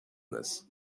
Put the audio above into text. this